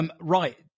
Right